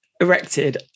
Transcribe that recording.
erected